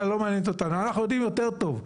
עשינו את המוטל עלינו בלי לחשוב